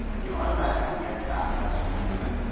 you automatically get it back that's the end of it.